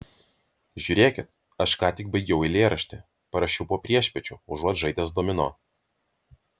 žiūrėkit aš ką tik baigiau eilėraštį parašiau po priešpiečių užuot žaidęs domino